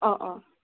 অঁ অঁ